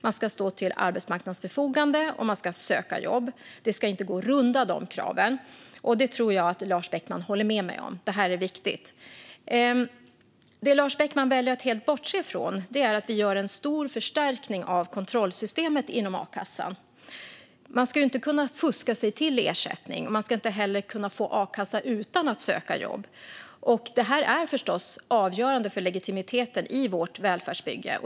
Man ska stå till arbetsmarknadens förfogande, och man ska söka jobb. Det ska inte gå att runda de kraven. Det tror jag att Lars Beckman håller med mig om är viktigt. Det Lars Beckman väljer att helt bortse från är att vi gör en stor förstärkning av kontrollsystemet inom a-kassan. Man ska inte kunna fuska sig till ersättning. Man ska inte heller kunna få a-kassa utan att söka jobb. Det är förstås avgörande för legitimiteten i vårt välfärdsbygge.